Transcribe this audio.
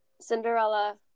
Cinderella